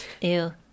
Ew